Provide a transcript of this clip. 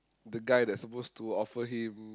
the guy that supposed to offer him